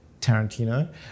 Tarantino